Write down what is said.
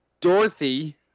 Dorothy